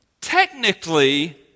Technically